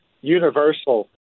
universal